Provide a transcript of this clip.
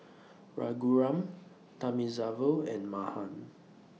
Raghuram Thamizhavel and Mahan